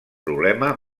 problema